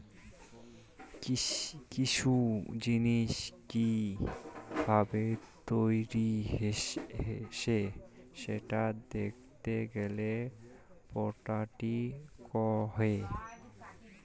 কিসু জিনিস কি ভাবে তৈরী হসে সেটা দেখাত গেলে প্রপার্টি কহে